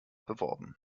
beworben